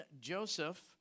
Joseph